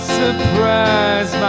surprise